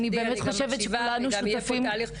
אני גם מקשיבה ויהיה פה תהליך.